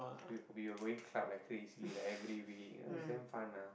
we we were going club like crazy like every week it was damn fun ah